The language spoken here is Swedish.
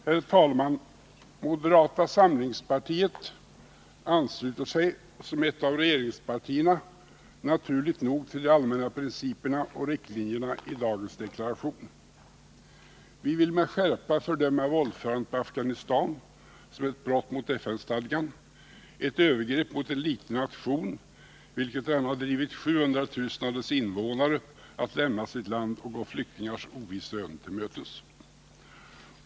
Herr talman! Moderata samlingspartiet ansluter sig som ett av regeringspartierna naturligt nog till de allmänna principerna och riktlinjerna i dagens deklaration. Vi vill med skärpa fördöma våldförandet på Afghanistan som ett brott mot FN-stadgan, ett övergrepp mot en liten nation, vilket redan har drivit 700 000 av dess invånare att lämna sitt land och gå flyktingars ovissa öden till mötes.